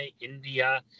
India